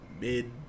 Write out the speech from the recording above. mid